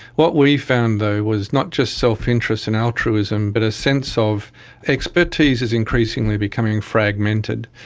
what we found though was not just self-interest and altruism but a sense of expertise is increasingly becoming fragmented.